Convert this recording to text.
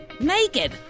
naked